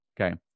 Okay